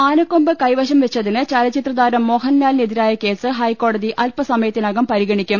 ആനക്കൊമ്പ് കൈവശം വെച്ചതിന് ചലച്ചിത്രതാരം മോഹൻലാലിനെതിരായ കേസ് ഹൈക്കോടതി അല്പസമയ ത്തിനകം പരിഗണിക്കും